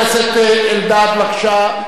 חבר הכנסת אלדד, בבקשה.